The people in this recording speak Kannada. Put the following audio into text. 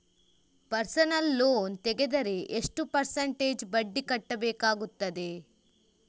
ಪರ್ಸನಲ್ ಲೋನ್ ತೆಗೆದರೆ ಎಷ್ಟು ಪರ್ಸೆಂಟೇಜ್ ಬಡ್ಡಿ ಕಟ್ಟಬೇಕಾಗುತ್ತದೆ?